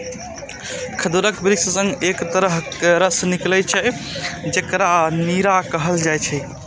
खजूरक वृक्ष सं एक तरहक रस निकलै छै, जेकरा नीरा कहल जाइ छै